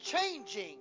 changing